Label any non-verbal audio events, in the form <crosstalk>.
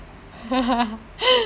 <laughs>